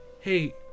hey